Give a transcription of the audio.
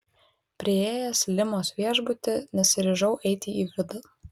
priėjęs limos viešbutį nesiryžau eiti į vidų